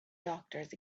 doctors